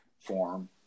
form